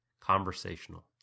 Conversational